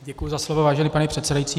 Děkuji za slovo, vážený pane předsedající.